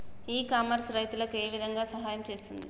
ఇ commerce రైతులకు ఏ విధంగా సహాయం చేస్తుంది?